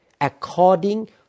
according